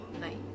night